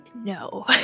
no